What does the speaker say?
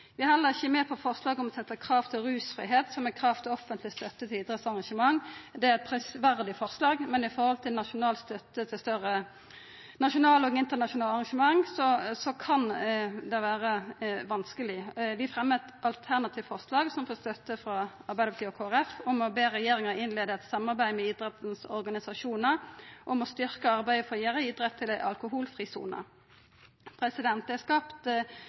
Vi er heller ikkje med på forslaget om å stilla krav til rusfridom for å få offentleg støtte til idrettsarrangement. Det er eit prisverdig forslag, men i samband med nasjonal støtte til større nasjonale og internasjonale arrangement kan det vera vanskeleg. Vi fremjar eit alternativt forslag, som får støtte frå Arbeidarpartiet og Kristeleg Folkeparti, om å be regjeringa innleia eit samarbeid med idrettsorganisasjonane om å styrkja arbeidet for å gjera idrett til ei alkoholfri sone. Det er skapt